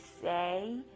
say